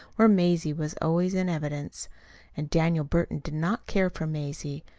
where mazie was always in evidence and daniel burton did not care for mazie.